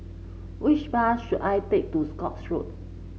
which bus should I take to Scotts Road